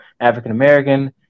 African-American